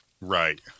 right